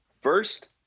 first